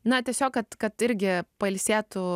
na tiesiog kad kad irgi pailsėtų